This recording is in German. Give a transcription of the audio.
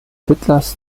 hitlers